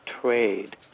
trade